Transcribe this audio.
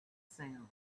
sound